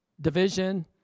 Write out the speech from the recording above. division